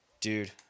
dude